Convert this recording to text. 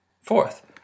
Fourth